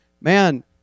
man